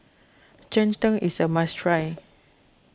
Cheng Tng is a must try